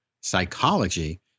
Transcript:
psychology